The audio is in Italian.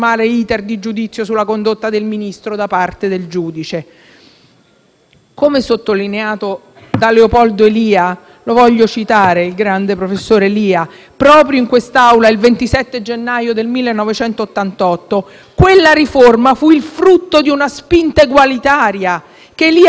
da Leopoldo Elia - voglio citare il grande professore Elia - proprio in quest'Aula il 27 gennaio del 1988, quella riforma fu il frutto di una spinta egualitaria, che Elia stesso fece risalire addirittura al grande Tocqueville. Come ogni altro cittadino,